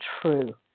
true